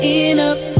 enough